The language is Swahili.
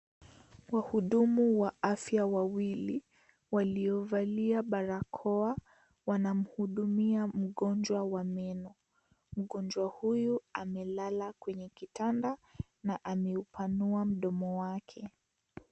Wahudumu wa afya wawili, waliovalia barakoa, wanamhudumia mgonjwa wa meno. Mgonjwa huyu amelala kwenye kitanda na amepanua mdomo wake.